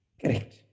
Correct